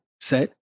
set